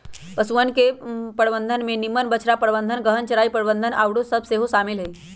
पशुझुण्ड के प्रबंधन में निम्मन बछड़ा प्रबंधन, गहन चराई प्रबन्धन आउरो सभ सेहो शामिल हइ